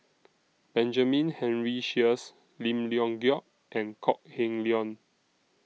Benjamin Henry Sheares Lim Leong Geok and Kok Heng Leun